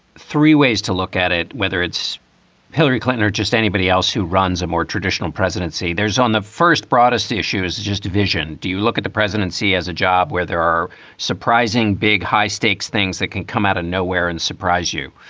three ways to look at it, whether it's hillary clinton or just anybody else who runs a more traditional presidency. there's on the first broadest issues, just division. do you look at the presidency as a job where there are surprising big, high stakes things that can come out of nowhere and surprise you?